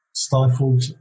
stifled